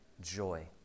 joy